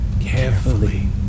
carefully